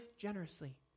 generously